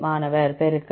மாணவர் பெருக்கல்